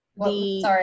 Sorry